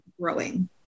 growing